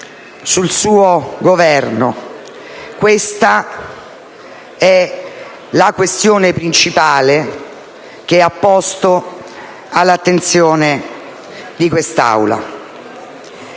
sul suo Governo. Questa è la questione principale che ha posto all'attenzione dell'Aula.